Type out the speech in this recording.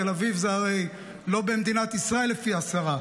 הרי תל אביב היא לא במדינת ישראל לפי השרה,